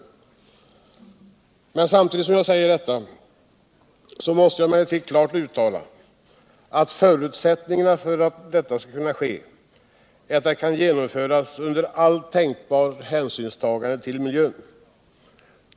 Samtidigt som jag säger detta måste jag emellertid klart uttala att förutsättningarna för att så skall kunna ske är att det kan genomföras under allt tänkbart hänsynstagande till miljön.